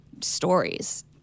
stories